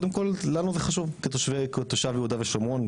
קודם כל לנו זה חשוב כתושבי תושב יהודה ושומרון,